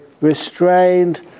restrained